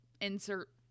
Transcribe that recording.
insert